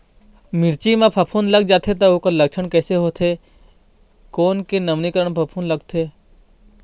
मिर्ची मा फफूंद लग जाथे ता ओकर लक्षण कैसे होथे, कोन के नवीनीकरण फफूंद लगथे?